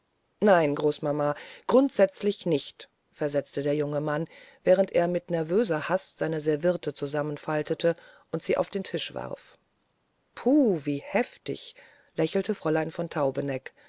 nein großmama grundsätzlich nicht versetzte der junge mann während er mit nervöser hast seine serviette zusammenfaltete und sie auf den tisch warf puh wie heftig lachte fräulein von